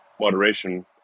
moderation